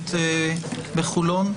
הרפורמית בחולון.